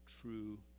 true